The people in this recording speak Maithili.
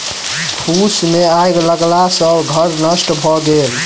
फूस मे आइग लगला सॅ घर नष्ट भ गेल